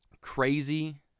crazy